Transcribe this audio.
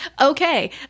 okay